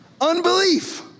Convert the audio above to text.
Unbelief